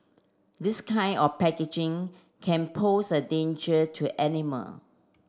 this kind of packaging can pose a danger to animal